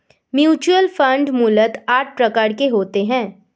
mutual fund मूलतः आठ प्रकार के होते हैं